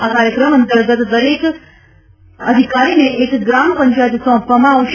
આ કાર્યક્રમ અંતર્ગત દરેક રાજ્યપત્રિત અધિકારીને એક ગ્રામ પંચાયત સોંરપવામાં આવશે